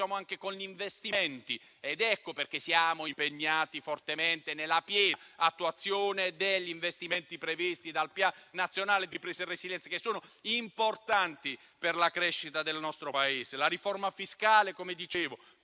anche con gli investimenti ed ecco perché siamo impegnati fortemente nella piena attuazione degli investimenti previsti dal Piano nazionale di ripresa e resilienza che sono importanti per la crescita del nostro Paese. La riforma fiscale, che da